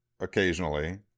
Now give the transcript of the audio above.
occasionally